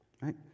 right